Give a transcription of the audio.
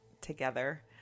together